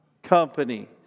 company